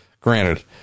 granted